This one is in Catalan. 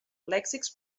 lèxics